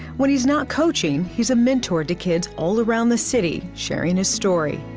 when he is not coaching, he's a mentor to kids all around the city sharing his story.